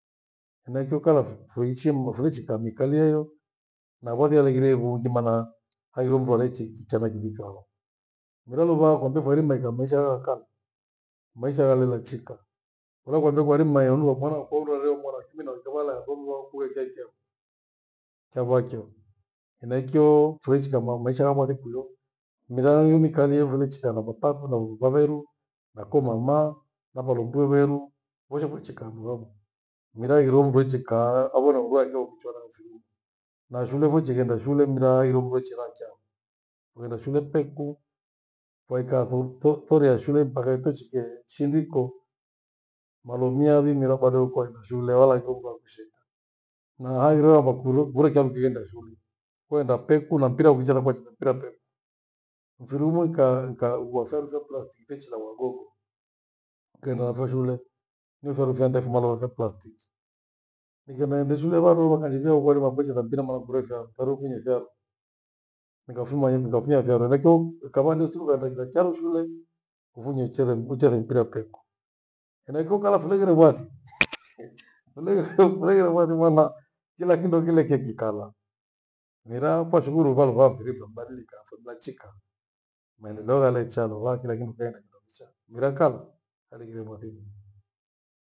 Funakio kala fuichi mno fuichi fukamikalia hiyo na vone vughire irungi maana haghire mndu arechi kicha na kiwika hoa. Mera luvaha kwambie fairima ikaa maisha haya ya kamwi, maisha yale lechika luvaha kwambie kwairima iondoa mwana akoo ure wareumwa na kina nikavala yethomywa wako kuwe ichai chai, kyavakia. Henachio fulechika mba- maisha yamwathi kureo mira umikalie pho nichikaa na vatafo na vuvaveru na ko mama valuke weru uwezevichika handu hamwi. Mira ughire mndu echikaa awe na mndu akio kuchanadhi na shule vuchi ghenda shule mera haghire mndu echira kyaru uwende shule peku kwaika thu- tho- thori ya shule mpaka itochike shindiko molomi yavimira bado nko nchule walaghiro mndu akusheka. Na haghire havo kurio kuore kiatu kighenda shule kuenda peku na mpira ukicheza kwacheza mpira peku. Mfiru mwikaa ukaa kuwaferuse plastiki tichi na wagogo nikahenda navo shule, nivyaru vya ndefu maana lo shaplastiki. Nighenda ende shule varoo vakanjivia ukweli wafucheza mpira mara kurekaa varuku nyeshewa nikafuma hii nikafunya kyaro henachio ukavadi siku ghaveta tanshule uvunyi mchethe uchethe mpira keko. Henachio kala fure kirokuathi kule fule iovathi maana kila kindo kileke kikala. Mera kwashukuru ruva, ruva Afrika mbadilika athe blanchika maendeleo yalecha luva kila kindo chaghenda kindo kichaa. Mira kala areghile bondenyi.